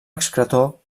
excretor